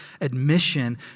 admission